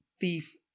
thief